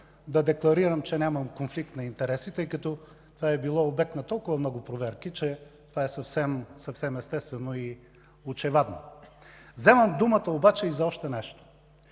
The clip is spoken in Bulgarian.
да декларирам, че нямам конфликт на интереси, тъй като това е било обект на толкова много проверки, че това е съвсем естествено и очевадно. Вземам думата обаче и за още нещо